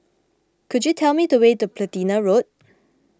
could you tell me the way to Platina Road